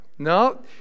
No